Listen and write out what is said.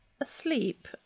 Asleep